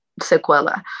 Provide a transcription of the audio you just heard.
sequela